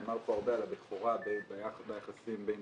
נאמר פה הרבה על הבכורה ביחס היחסים בין